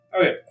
Okay